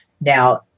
Now